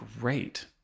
great